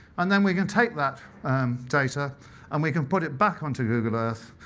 and then we can take that data and we can put it back onto google earth,